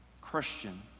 Christian